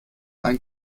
ein